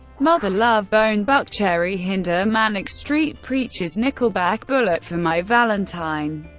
mother love bone, buckcherry, hinder, manic street preachers, nickelback, bullet for my valentine,